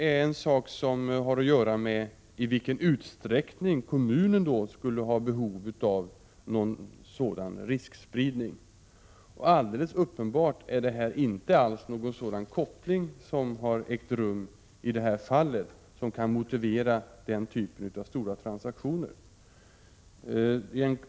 Frågan är sedan i vilken utsträckning kommunen skulle ha behov av en sådan riskspridning. Alldeles uppenbart finns det i det här fallet inte alls någon sådan koppling som kan motivera den typen av stora transaktioner.